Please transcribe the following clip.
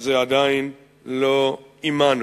זה עדיין לא עמנו.